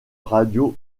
radio